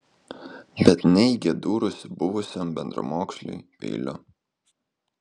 bet neigė dūrusi buvusiam bendramoksliui peiliu